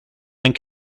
and